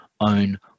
own